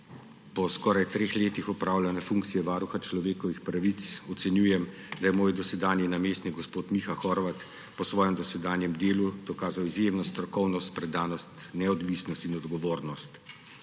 Po skoraj treh letih opravljanja funkcije varuha človekovih pravic ocenjujem, da je moj dosedanji namestnik gospod Miha Horvat pri svojem dosedanjem delu dokazal izjemno strokovnost, predanost, neodvisnost in odgovornost.